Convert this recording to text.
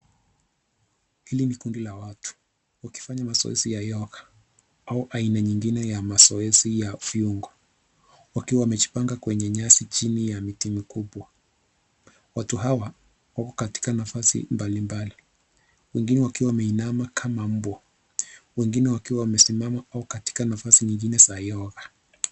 Hili ni kundi la watu wakifanya mazoezi ya yoga au aina nyingine ya mazoezi ya viungo, wakiwa wamejipanga kwenye nyasi chini ya miti mikubwa. Watu hawa wako katika nafasi mbalimbali, wengine wakiwa wameinama kama mbwa, wengine wakiwa wamesimama au katika nafasi nyingine za yoga .